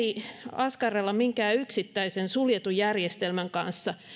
askartele minkään yksittäisen suljetun järjestelmän kanssa